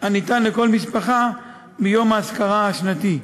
הניתן לכל משפחה ביום האזכרה השנתי.